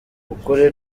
ukuri